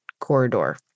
corridor